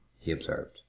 he observed.